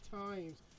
times